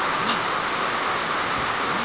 পটল গারিবার সঠিক পদ্ধতি কি?